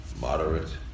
moderate